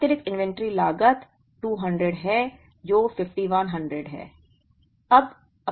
अतिरिक्त इन्वेंट्री लागत 200 है जो 5100 है